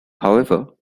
however